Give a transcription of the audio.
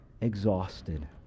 exhausted